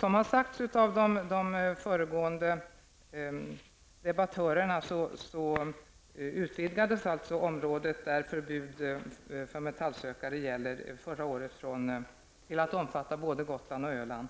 Som har sagts av de föregående debattörerna utvidgades förra året området där förbud för metallsökare gäller till att omfatta både Gotland och Öland.